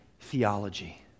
theology